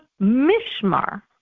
mishmar